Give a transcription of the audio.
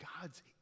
God's